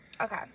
Okay